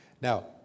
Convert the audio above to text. Now